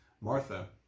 Martha